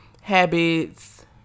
habits